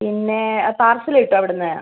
പിന്നെ പാർസൽ കിട്ടുമോ അവിടുന്ന്